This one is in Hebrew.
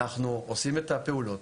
אנחנו עושים את הפעולות.